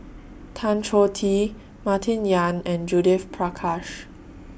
Tan Choh Tee Martin Yan and Judith Prakash